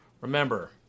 remember